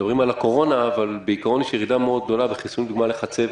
מדברים על הקורונה אבל בעיקרון יש ירידה גדולה מאוד למשל בחיסון לחצבת,